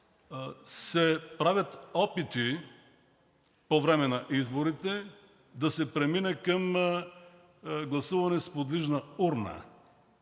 се правят опити по време на изборите да се премине към гласуване с подвижна урна.